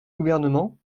gouvernement